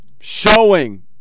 showing